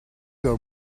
your